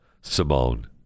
Simone